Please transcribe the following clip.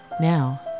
now